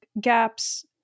gaps